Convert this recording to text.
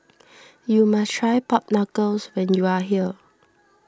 you must try Pork Knuckle when you are here